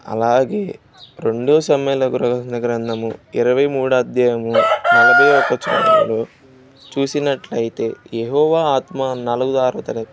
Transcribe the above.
అలాగే రెండవ సమాయలకు అగు గ్రంథం ఇరవై మూడవ అధ్యాయము నలభై ఒక వచచంలో చూసినట్టు అయితే యహోవా ఆత్మ నలుగుదార తర